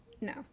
No